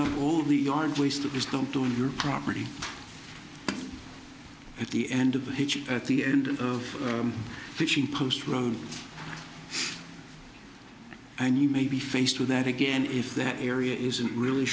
up all the yard waste just don't own your property at the end of the hitch at the end of the fishing post road and you may be faced with that again if that area isn't really